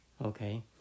okay